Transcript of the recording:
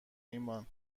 ایمان